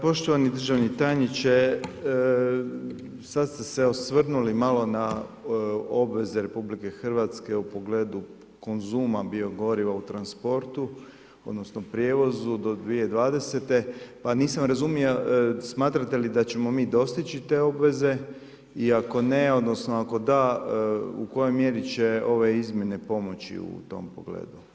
Poštovani državni tajniče, sad ste se osvrnuli malo na obveze RH u pogledu konzuma bio-goriva u transportu odnosno prijevozu do 2020., pa nisam razumio, smatrate li da ćemo mi dostići te obveze i ako ne odnosno ako da, u kojoj mjeri će ove izmjene pomoći u tom pogledu?